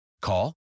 Call